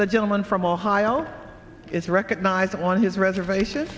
the gentleman from ohio is recognized on his reservation